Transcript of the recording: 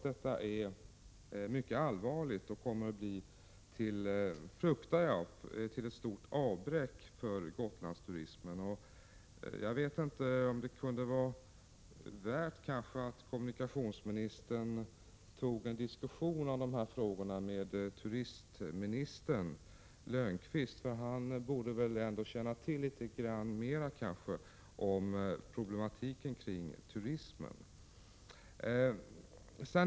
Detta är mycket allvarligt, och jag fruktar att det kommer att medföra ett stort avbräck för Gotlandsturismen. Det kunde vara värt att kommunikationsministern tog upp en diskussion om dessa frågor med turistminister Lönnqvist, som borde känna till litet mera om problematiken kring turismen.